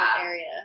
area